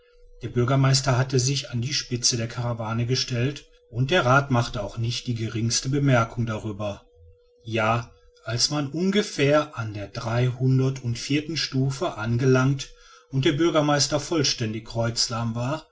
der bürgermeister hatte sich an die spitze der karawane gestellt und der rath machte auch nicht die geringste bemerkung darüber ja als man ungefähr an der dreihundertundvierten stufe angelangt und der bürgermeister vollständig kreuzlahm war